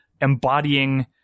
embodying